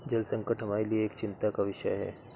जल संकट हमारे लिए एक चिंता का विषय है